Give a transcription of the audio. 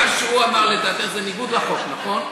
מה שאת אומרת זה בניגוד לחוק, נכון?